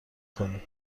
کنیم